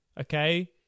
Okay